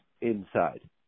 inside